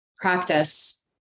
practice